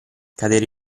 cadere